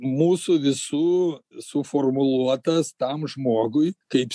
mūsų visų suformuluotas tam žmogui kaip